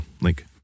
link